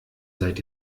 seid